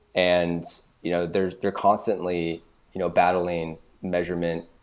and you know they're they're constantly you know battling measurement,